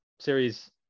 series